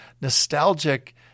nostalgic